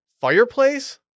Fireplace